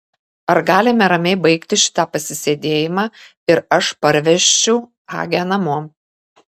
ar galime ramiai baigti šitą pasisėdėjimą ir aš parvežčiau agę namo